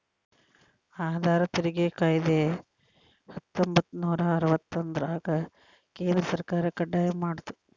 ಆದಾಯ ತೆರಿಗೆ ಕಾಯ್ದೆ ಹತ್ತೊಂಬತ್ತನೂರ ಅರವತ್ತೊಂದ್ರರಾಗ ಕೇಂದ್ರ ಸರ್ಕಾರ ಕಡ್ಡಾಯ ಮಾಡ್ತು